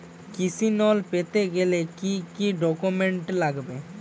কৃষি লোন পেতে গেলে কি কি ডকুমেন্ট লাগবে?